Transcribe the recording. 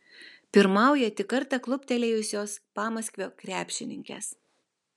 pirmauja tik kartą kluptelėjusios pamaskvio krepšininkės